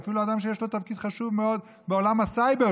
אפילו אדם שיש לו תפקיד חשוב מאוד בעולם הסייבר,